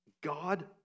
God